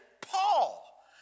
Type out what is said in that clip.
Paul